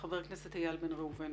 חבר הכנסת איל בן ראובן.